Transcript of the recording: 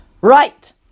Right